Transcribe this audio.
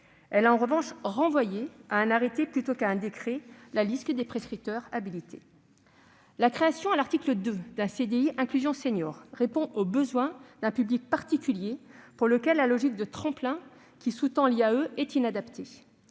a en revanche renvoyé à un arrêté, plutôt qu'à un décret, la liste des prescripteurs habilités. La création, à l'article 2, d'un contrat à durée indéterminée (CDI) dit « inclusion senior » répond aux besoins d'un public particulier, pour lequel la logique de tremplin qui sous-tend l'IAE est inadaptée.